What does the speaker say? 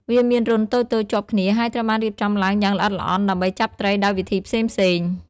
វាមានរន្ធតូចៗជាប់គ្នា ហើយត្រូវបានរៀបចំឡើងយ៉ាងល្អិតល្អន់ដើម្បីចាប់ត្រីដោយវិធីផ្សេងៗ។